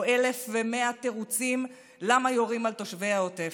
1,100 תירוצים למה יורים על תושבי העוטף.